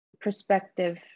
perspective